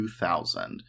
2000